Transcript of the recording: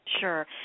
Sure